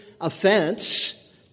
offense